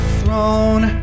throne